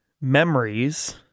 memories